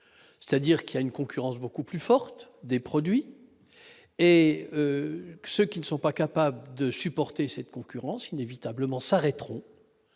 c'est-à-dire qu'il y a une concurrence beaucoup plus forte des produits et que ceux qui ne sont pas capables de supporter cette concurrence inévitablement s'arrêteront